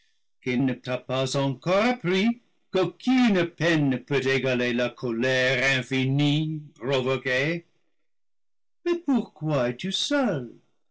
qui ne t'a pas encore appris qu'aucune peine ne peut égaler la colère infinie provoquée mais pourquoi es-tu seul